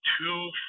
two